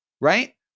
Right